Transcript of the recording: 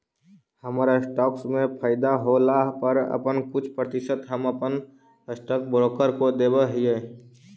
हमर स्टॉक्स में फयदा होला पर अपन कुछ प्रतिशत हम अपन स्टॉक ब्रोकर को देब हीअई